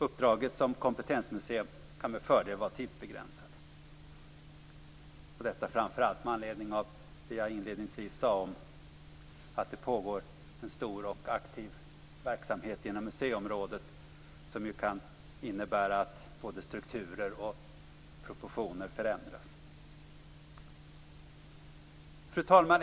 Uppdraget som kompetensmuseum kan med fördel vara tidsbegränsat - detta framför allt med anledning av det jag inledningsvis sade om att det pågår en stor och aktiv verksamhet inom museiområdet, som kan innebära att både strukturer och proportioner förändras. Fru talman!